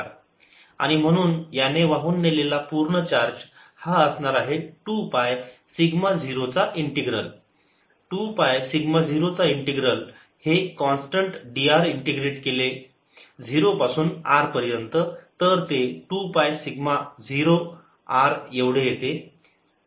dr×0r2π0dr आणि म्हणून याने वाहून नेलेला पूर्ण चार्ज हा असणार आहे 2 पाय सिग्मा 0 चा इंटिग्रल 2 पाय सिग्मा 0 चा इंटिग्रल हे कॉन्स्टंट dr इंटिग्रेट केले 0 पासून r पर्यंत तर ते 2 पाय सिग्मा 0 R एवढे येते